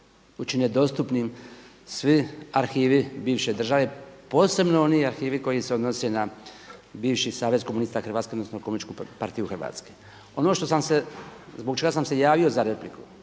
učine dostupnim svi arhivi bivše države posebno oni arhivi koji se odnose na bivši Savez komunista Hrvatske, odnosno Komunističku partiju Hrvatske. Ono što sam se, zbog čega sam se javio za repliku